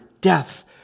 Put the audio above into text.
death